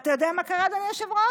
אתה יודע מה קרה, אדוני היושב-ראש?